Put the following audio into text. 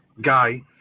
guy